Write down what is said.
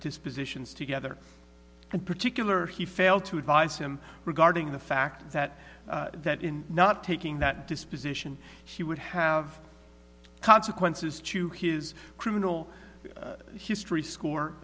dispositions together and particular he failed to advise him regarding the fact that that in not taking that disposition she would have consequences to his criminal history score